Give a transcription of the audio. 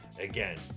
again